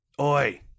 Oi